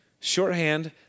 Shorthand